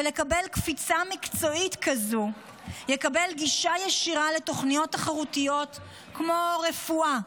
ומקבל קפיצה מקצועית כזאת וגישה ישירה לתוכניות תחרותיות כמו רפואה,